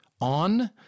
on